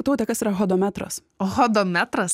taute kas yra hodometras hodometras